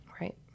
right